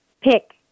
pick